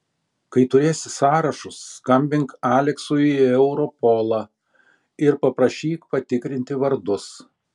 kai turėsi sąrašus skambink aleksui į europolą ir paprašyk patikrinti vardus